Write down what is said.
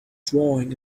drawing